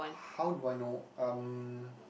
how do I know um